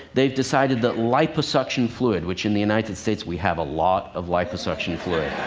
they've decided that liposuction fluid, which in the united states, we have a lot of liposuction fluid.